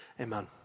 Amen